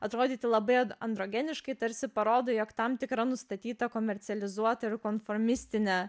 atrodyti labai an androgeniškai tarsi parodo jog tam tikra nustatyta komercializuota ir konformistinė